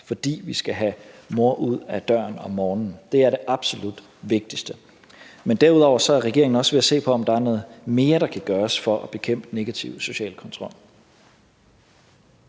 fordi vi skal have mor ud af døren om morgenen – det er det absolut vigtigste. Men derudover er regeringen også ved at se på, om der er noget mere, der kan gøres for at bekæmpe negativ social kontrol.